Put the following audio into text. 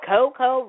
Coco